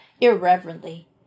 irreverently